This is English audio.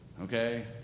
okay